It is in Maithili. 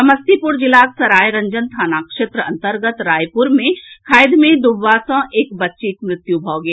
समस्तीपुर जिलाक सरायरंजन थाना क्षेत्र अंतर्गत रायपुर मे खाधि मे डूबवा सँ एक बच्चीक मृत्यु भऽ गेल